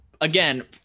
again